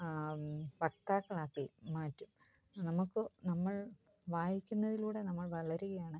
വക്താക്കളാക്കി മാറ്റും നമ്മൾക്ക് നമ്മൾ വായിക്കുന്നതിലൂടെ നമ്മൾ വളരുകയാണ്